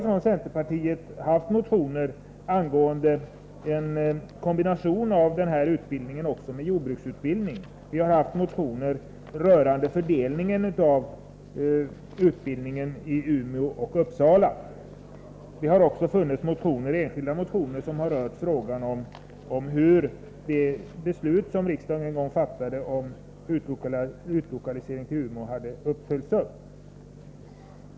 Från centerpartiet har vi haft motioner angående en kombination av den skogliga utbildningen och jordbruksutbildning, och vi har haft motioner rörande fördelningen av utbildningen på Umeå resp. Uppsala. Det har också funnits enskilda motioner som rört frågan om hur det beslut som riksdagen en gång fattade om utlokaliseringen till Umeå har följts upp.